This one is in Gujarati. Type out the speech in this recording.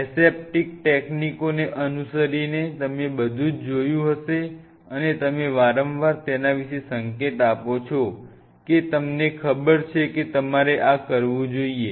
એસેપ્ટીક ટેકનીકોને અનુસરીને તમે બધુ જ જોયું હશે અને તમે વારંવાર તેના વિશે સંકેત આપો છો કે તમને ખબર છે કે તમારે આ કરવું જોઈએ